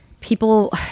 people